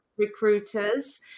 recruiters